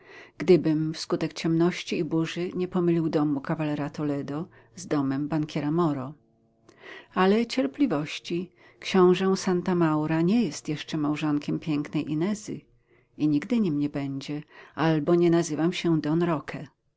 gdybym wskutek ciemności i burzy nie pomylił domu kawalera toledo z domem bankiera moro ale cierpliwości książę santa maura nie jest jeszcze małżonkiem pięknej inezy i nigdy nim nie będzie albo nie nazywam się don roque